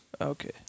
Okay